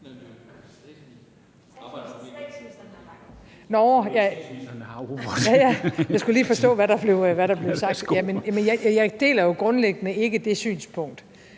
Jeg skulle lige forstå, hvad der blev sagt. Jamen jeg deler jo grundlæggende ikke det synspunkt,